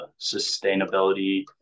sustainability